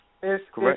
Correct